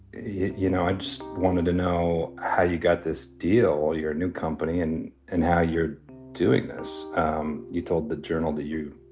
you know, i just wanted to know how you got this deal or your new company and and how you're doing this um you told the journal that, you